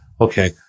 okay